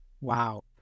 Wow